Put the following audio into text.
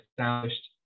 established